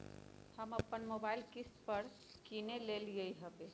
हम अप्पन मोबाइल किस्ते पर किन लेलियइ ह्बे